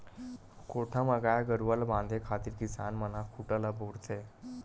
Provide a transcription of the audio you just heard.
कोठा म गाय गरुवा ल बांधे खातिर किसान मन ह खूटा ल बउरथे